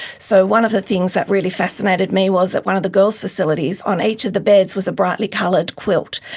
so one of the things that really fascinated me was that one of the girls facilities, on each of the beds was a brightly coloured quilt,